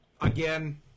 again